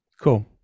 Cool